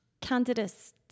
Candidates